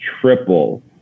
triple